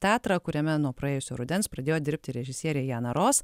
teatrą kuriame nuo praėjusio rudens pradėjo dirbti režisierė jana ros